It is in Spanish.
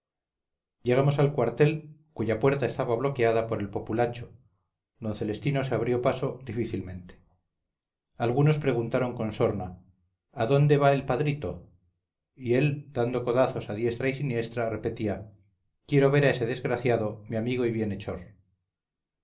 llegamos al cuartel cuya puerta estaba bloqueada por el populacho d celestino se abrió paso difícilmente algunos preguntaron con sorna adónde va el padrito y él dando codazos a diestra y siniestra repetía quiero ver a ese desgraciado mi amigo y